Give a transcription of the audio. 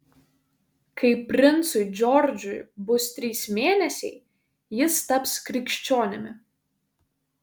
kai princui džordžui bus trys mėnesiai jis taps krikščionimi